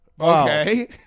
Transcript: Okay